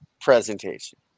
presentation